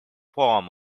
form